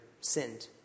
sinned